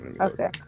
Okay